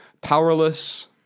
powerless